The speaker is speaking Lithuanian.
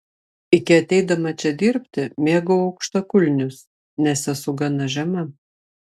iki ateidama čia dirbti mėgau aukštakulnius nes esu gana žema